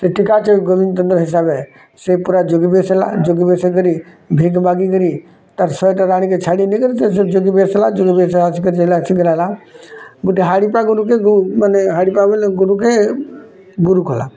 ସେ ଟିକା ଚେ ଗୋବିନ୍ଦଚନ୍ଦ୍ର ହିସାବେ ସେ ପୁରା ଯୋଗୀ ବେଶ୍ ହେଲା ଯୋଗୀ ବେଶ୍ ହେଇକରି ଭିକ୍ ମାଗିକିରି ତାର୍ ଶହିତ ଆଣିକିରି ଛାଡ଼ି ନେଇକରି ଯୋଗୀ ବେଶ୍ ହେଲା ଯୋଗୀ ବେଶ୍ ଆସିକରି ହେଲା ଗୁଟେ ହାଡ଼ି ପାଖରୁ କି କୁ ମାନେ ହାଡ଼ି ପାଖରୁ ଗୁରୁ କେ ଗୁରୁ କଲା